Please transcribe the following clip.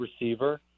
receiver